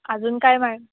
अजून काय मॅ